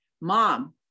mom